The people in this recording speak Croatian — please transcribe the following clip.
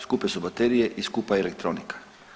Skupe su baterije i skupa je elektronika.